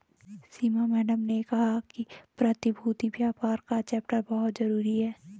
सीमा madam ने कहा कि प्रतिभूति व्यापार का चैप्टर बहुत जरूरी है